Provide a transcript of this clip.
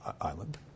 island